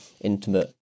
intimate